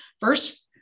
first